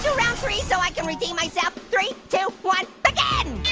round three so i can redeem myself? three, two, one, like and